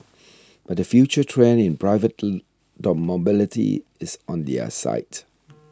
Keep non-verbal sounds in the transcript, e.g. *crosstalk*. but the future trend in private *noise* mobility is on their side